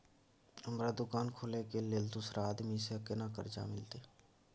हमरा दुकान खोले के लेल दूसरा आदमी से केना कर्जा मिलते?